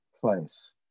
place